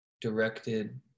directed